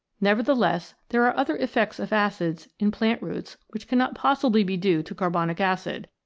nevertheless, there are other effects of acids in plant roots which cannot possibly be due to carbonic acid,